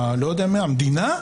המדינה,